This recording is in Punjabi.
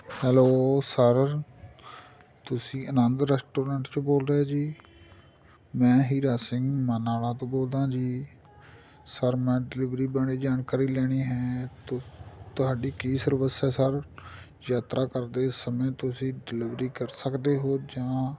ਹੈਲੋ ਸਰ ਤੁਸੀਂ ਆਨੰਦ ਰੈਸਟੋਰੈਂਟ 'ਚੋਂ ਬੋਲ ਰਹੇ ਜੀ ਮੈਂ ਹੀਰਾ ਸਿੰਘ ਮਾਨਾਵਾਲਾ ਤੋਂ ਬੋਲਦਾ ਜੀ ਸਰ ਮੈਂ ਡਿਲੀਵਰੀ ਬਾਰੇ ਜਾਣਕਾਰੀ ਲੈਣੀ ਹੈ ਤੁਸ ਤੁਹਾਡੀ ਕੀ ਸਰਵਿਸ ਹੈ ਸਰ ਯਾਤਰਾ ਕਰਦੇ ਸਮੇਂ ਤੁਸੀਂ ਡਿਲੀਵਰੀ ਕਰ ਸਕਦੇ ਹੋ ਜਾਂ